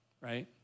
right